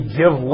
give